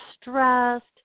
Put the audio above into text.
stressed